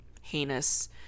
heinous